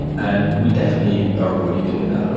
and we definitely are avoiding doing that.